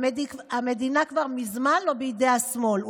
המדינה כבר מזמן לא בידי השמאל,